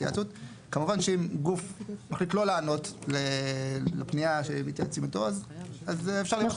וכמובן שאם גוף מחליט לא לענות לפניה שבה מתייעצים אתו אז --- אבל